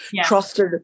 trusted